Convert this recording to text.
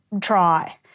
try